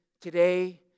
today